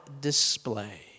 display